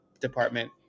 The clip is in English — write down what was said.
department